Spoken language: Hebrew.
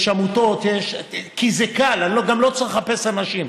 יש עמותות, יש, כי זה קל, גם לא צריך לחפש אנשים.